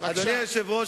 אדוני היושב-ראש,